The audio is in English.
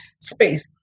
space